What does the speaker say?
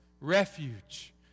refuge